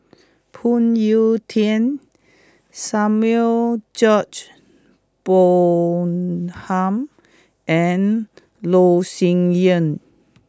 Phoon Yew Tien Samuel George Bonham and Loh Sin Yun